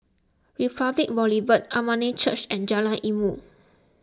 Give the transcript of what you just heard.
Republic Boulevard Armenian Church and Jalan Ilmu